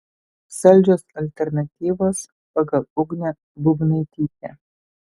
saldžios alternatyvos pagal ugnę būbnaitytę